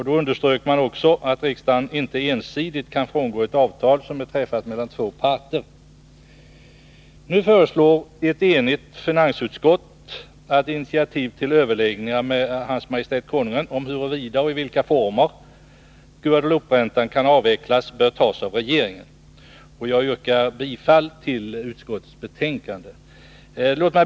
Då underströk utskottet också att riksdagen inte ensidigt kan frångå ett avtal som är träffat mellan två parter. Nu uttalar ett enigt finansutskott att initiativ till överläggningar med Hans Majestät Konungen om huruvida och i vilka former Guadelouperäntan kan avvecklas bör tas av regeringen. Jag yrkar bifall till utskottets hemställan.